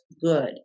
good